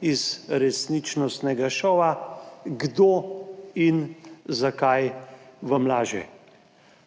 iz resničnostnega šova Kdo in zakaj vam laže?